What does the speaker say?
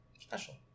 special